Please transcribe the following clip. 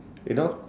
you know